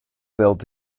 built